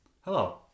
Hello